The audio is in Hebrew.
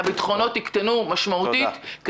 הביטחונות יקטנו משמעותית,